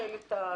לפצל את התקנות,